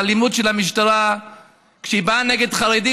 האלימות של המשטרה כשהיא באה נגד חרדים,